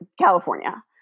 California